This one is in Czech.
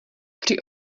při